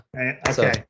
Okay